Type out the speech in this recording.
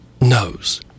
knows